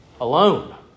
alone